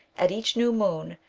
at each new moon,